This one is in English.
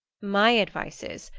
my advice is,